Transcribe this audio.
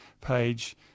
page